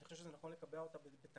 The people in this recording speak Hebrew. אני חושב שזה נכון לקבע אותה בתקנה,